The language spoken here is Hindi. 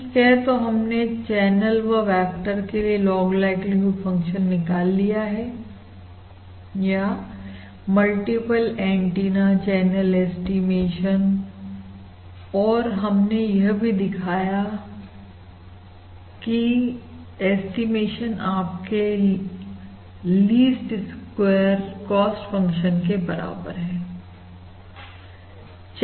ठीक है तो हमने चैनल व वेक्टर के लिए लॉग लाइक्लीहुड फंक्शन निकाल लिया है या मल्टीपल एंटीना चैनल ऐस्टीमेशन और हमने यह भी दिखाया किया ऐस्टीमेशन आपके लिस्ट स्क्वायड कॉस्ट फंक्शन के बराबर है